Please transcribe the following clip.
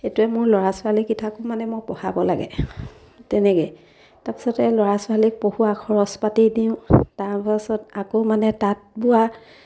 সেইটোৱে মোৰ ল'ৰা ছোৱালীকেইটাকো মানে মই পঢ়াব লাগে তেনেকৈ তাৰপিছতে ল'ৰা ছোৱালীক পঢ়োৱা খৰচ পাতি দিওঁ তাৰপাছত আকৌ মানে তাঁত বোৱা